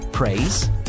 Praise